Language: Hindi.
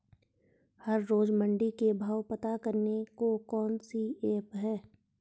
हर रोज़ मंडी के भाव पता करने को कौन सी ऐप है?